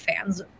fans